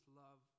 love